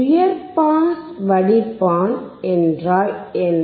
உயர் பாஸ் வடிப்பான் என்றால் என்ன